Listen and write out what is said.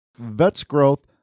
Vetsgrowth